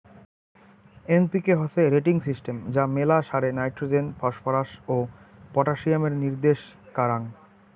NPK হসে rating system যা মেলা সারে নাইট্রোজেন, ফসফরাস ও পটাসিয়ামের নির্দেশ কারাঙ